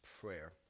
prayer